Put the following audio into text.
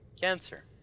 Cancer